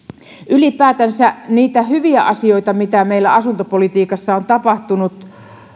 ylipäätänsä niitä hyviä asioita mitä meillä asuntopolitiikassa on tapahtunut